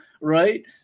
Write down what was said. right